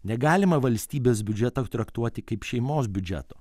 negalima valstybės biudžeto traktuoti kaip šeimos biudžeto